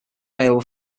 available